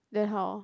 then how